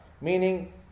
Meaning